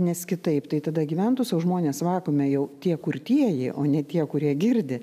nes kitaip tai tada gyventų sau žmonės vakuume jau tie kurtieji o ne tie kurie girdi